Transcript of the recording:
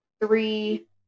three